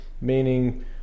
meaning